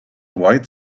white